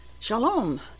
Shalom